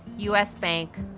u s. bank,